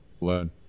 learn